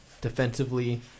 defensively